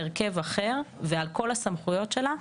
הרכב אחר ועל כל הסמכויות שלה,